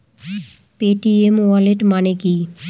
Paytm wallet মানে কি?